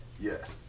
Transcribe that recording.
Yes